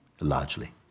largely